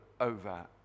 over